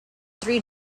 three